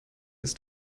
ist